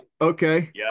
okay